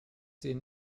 den